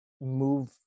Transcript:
move